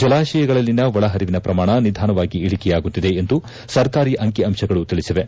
ಜಲಾಶಯಗಳಲ್ಲಿನ ಒಳ ಹರಿವಿನ ಪ್ರಮಾಣ ನಿಧಾನವಾಗಿ ಇಳಕೆಯಾಗುತ್ತಿದೆ ಎಂದು ಸರ್ಕಾರಿ ಅಂಕಿ ಅಂಶಗಳು ತಿಳಿಸಿವೆ